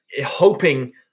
hoping